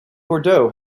bordeaux